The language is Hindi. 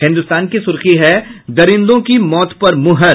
हिन्दुस्तान की सुर्खी है दरिंदों की मौत पर मुहर